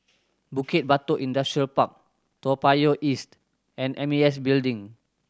Bukit Batok Industrial Park Toa Payoh East and M A S Building